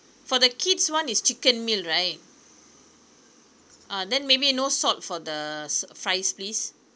for the kids one is chicken meal right ah then maybe no salt for the fries please